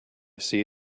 see